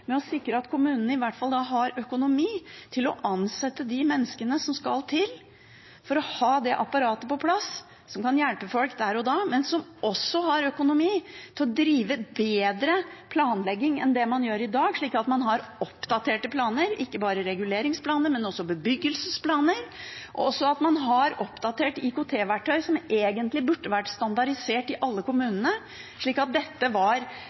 med å sikre at kommunene har økonomi til å ansette de menneskene som skal til for å ha det apparatet som kan hjelpe folk der og da, på plass, og at de også har økonomi til å drive bedre planlegging enn det man gjør i dag. Man bør ha oppdaterte planer – ikke bare reguleringsplaner, men også bebyggelsesplaner. Man bør også ha oppdatert IKT-verktøy, som egentlig burde vært standardisert, i alle kommunene, slik at dette var